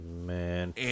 Man